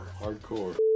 hardcore